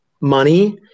money